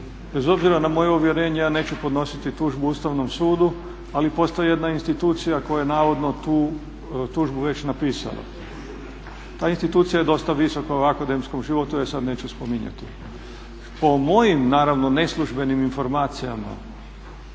bez obzira na moje uvjerenje ja neću podnositi tužbu Ustavnom sudu, ali postoji jedna institucija koja je navodno tu tužbu već napisala. Ta institucija je dosta visoka u akademskom životu, ja je sad neću spominjati. Po mojim naravno neslužbenim informacijama